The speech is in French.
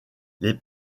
les